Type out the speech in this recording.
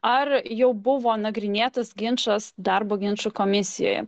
ar jau buvo nagrinėtas ginčas darbo ginčų komisijoj